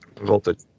voltage